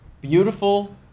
beautiful